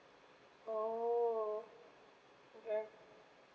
oh okay